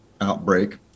outbreak